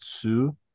two